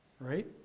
Right